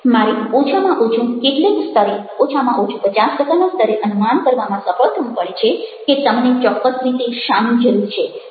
મારે ઓછામાં ઓછું કેટલેક સ્તરે ઓછામાં ઓછું 50 ટકાના સ્તરે અનુમાન કરવામાં સફળ થવું પડે છે કે તમને ચોક્કસ રીતે શાની જરૂર છે